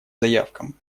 заявкам